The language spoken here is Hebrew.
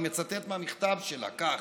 אני מצטט מהמכתב שלה כך: